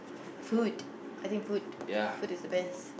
food I think food food is the best